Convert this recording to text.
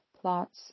plots